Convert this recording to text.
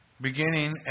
beginning